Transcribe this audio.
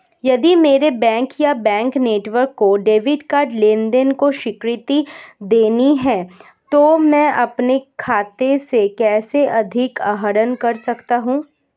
यदि मेरे बैंक या बैंक नेटवर्क को डेबिट कार्ड लेनदेन को स्वीकृति देनी है तो मैं अपने खाते से कैसे अधिक आहरण कर सकता हूँ?